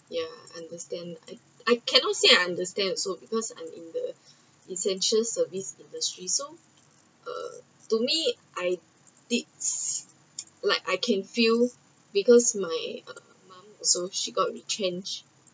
ya understand I I cannot say I understand also because I‘m in the essential service industry so uh to me I did like I can feel because my uh mum also she got retrenched